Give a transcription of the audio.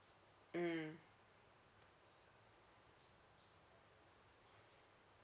um